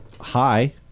Hi